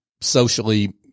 socially